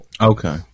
Okay